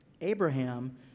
Abraham